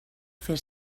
fer